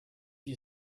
you